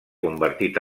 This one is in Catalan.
convertit